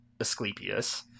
Asclepius